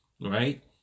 right